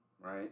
right